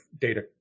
data